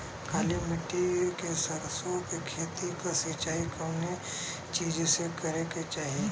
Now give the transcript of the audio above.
काली मिट्टी के सरसों के खेत क सिंचाई कवने चीज़से करेके चाही?